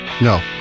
no